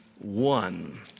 one